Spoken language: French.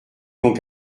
donc